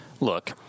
Look